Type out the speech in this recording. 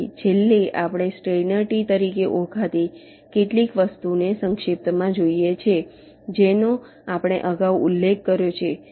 તેથી છેલ્લે આપણે સ્ટેઈનર ટ્રી તરીકે ઓળખાતી કેટલીક વસ્તુને સંક્ષિપ્તમાં જોઈએ છીએ જેનો આપણે અગાઉ ઉલ્લેખ કર્યો છે